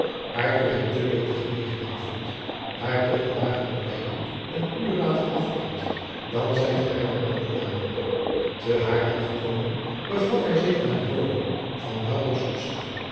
waartoe hij te beter gelegenheid vond daar toch de wagen op leyden een uur later afreed dan zij te haarlem aankwamen te haarlem gekomen begaf hij zich naar de woning van